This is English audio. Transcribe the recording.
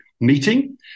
meeting